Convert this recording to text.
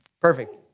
Perfect